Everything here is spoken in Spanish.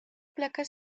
placa